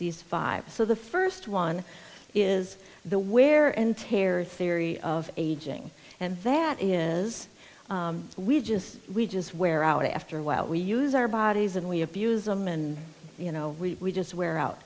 these five so the first one is the wear and tear theory of aging and that is we just we just wear out after a while we use our bodies and we abuse them and you know we just wear out